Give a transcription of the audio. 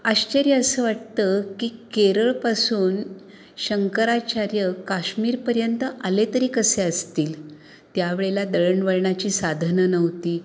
आश्चर्य असं वाटतं की केरळपासून शंकराचार्य काश्मीरपर्यंत आले तरी कसे असतील त्यावेळेला दळणवळणाची साधनं नव्हती